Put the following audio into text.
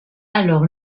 alors